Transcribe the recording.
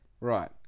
right